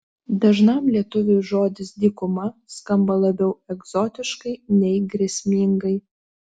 dažnam lietuviui žodis dykuma skamba labiau egzotiškai nei grėsmingai